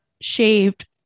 shaved